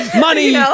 money